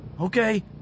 Okay